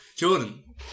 Jordan